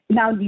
Now